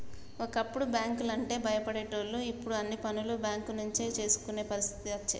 ఒకప్పుడు బ్యాంకు లంటే భయపడేటోళ్లు ఇప్పుడు అన్ని పనులు బేంకుల నుంచే చేసుకునే పరిస్థితి అచ్చే